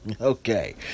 Okay